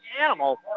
animal